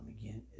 again